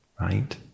right